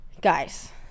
guys